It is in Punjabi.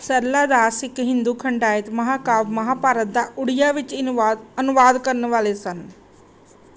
ਸਰਲਾ ਰਾਸ ਇੱਕ ਹਿੰਦੂ ਖੰਡਾਇਤ ਮਹਾਂਕਾਵਿ ਮਹਾਂਭਾਰਤ ਦਾ ਉੜੀਆ ਵਿੱਚ ਇਨੋਵਾਦ ਅਨੁਵਾਦ ਕਰਨ ਵਾਲੇ ਸਨ